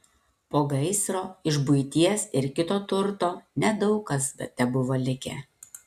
po gaisro iš buities ir kito turto nedaug kas tebuvo likę